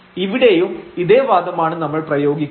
ഇവിടെയും ഇതേ വാദമാണ് നമ്മൾ പ്രയോഗിക്കുന്നത്